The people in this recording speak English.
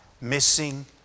missing